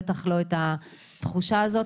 ובטח לא את התחושה הזאת.